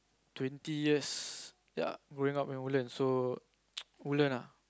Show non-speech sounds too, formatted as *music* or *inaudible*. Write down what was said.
twenty yes ya going up to Woodlands so *noise* Woodlands ah